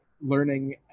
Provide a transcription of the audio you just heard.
learning